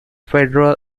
federal